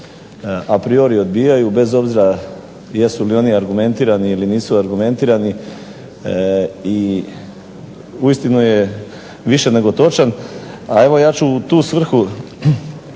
a priori odbijaju bez obzira jesu li oni argumentirani ili nisu argumentirani i uistinu je više nego točan. A evo ja ću u tu svrhu